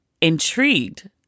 intrigued